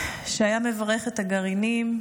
היה מברך את הגרעינים: